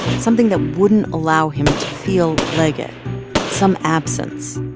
something that wouldn't allow him to feel liget some absence.